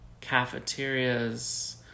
cafeterias